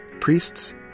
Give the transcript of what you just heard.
priests